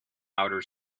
outer